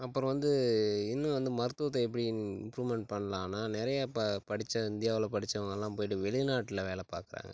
அப்புறம் வந்து இன்னும் வந்து மருத்துவத்தை எப்படி இம்ப்ரூவ்மெண்ட் பண்ணலான்னா நிறையா இப்போ படித்த இந்தியாவில் படித்தவங்கள்லாம் போய்ட்டு வெளிநாட்டில் வேலை பார்க்குறாங்க